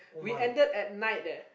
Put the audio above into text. we ended at night leh